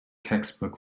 textbook